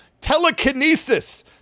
telekinesis